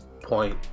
point